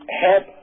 help